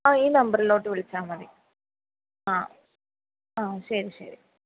ആ ഈ നമ്പറിലോട്ട് വിളിച്ചാൽ മതി ആ ആ ശരി ശരി